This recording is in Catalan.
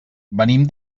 venim